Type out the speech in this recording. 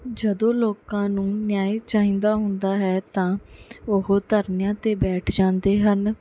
ਜਦੋਂ ਲੋਕਾਂ ਨੂੰ ਨਿਆਂ ਚਾਹੀਦਾ ਹੁੰਦਾ ਹੈ ਤਾਂ ਉਹ ਧਰਨਿਆਂ 'ਤੇ ਬੈਠ ਜਾਂਦੇ ਹਨ